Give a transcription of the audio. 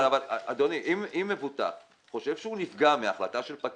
למה לא סומך על אף אחד?